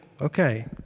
okay